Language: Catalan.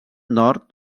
nord